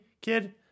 kid